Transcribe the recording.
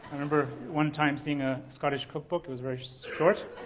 remember one time seeing a scottish cookbook. it was very short,